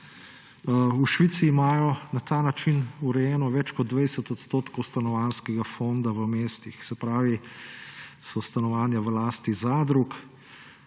V Švici imajo na ta način urejenega več kot 20 % stanovanjskega fonda v mestih, se pravi, da so stanovanja v lasti zadrug.